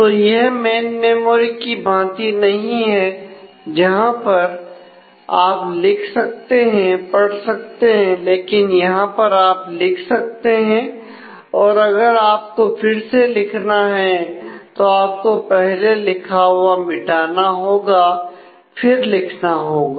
तो यह main memory की भांति नहीं है जहां पर आप लिख सकते हैं पढ़ सकते हैं लेकिन यहां पर आप लिख सकते हैं और अगर आपको फिर से लिखना है तो आपको पहले लिखा हुआ मिटाना होगा फिर लिखना होगा